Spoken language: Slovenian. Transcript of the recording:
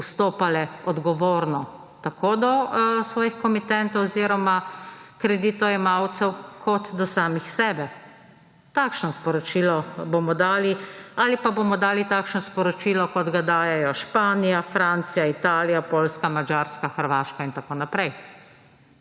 vstopale odgovorno; tako do svoji komitentov oziroma kreditojemalcev kot do same sebe. Takšno sporočilo bomo dali! Ali pa bomo dali takšno sporočilo, kot ga dajejo Španija, Francija, Italija, Poljska, Madžarska, Hrvaška in tako naprej.